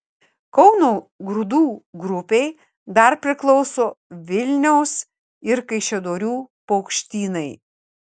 kauno grūdų grupei dar priklauso vilniaus ir kaišiadorių paukštynai